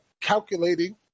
calculating